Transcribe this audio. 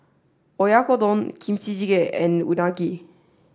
Oyakodon Kimchi Jjigae and Unagi